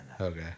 Okay